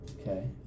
Okay